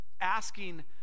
asking